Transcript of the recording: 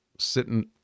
Sitting